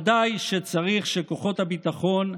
ודאי שצריך שכוחות הביטחון,